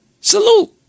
Salute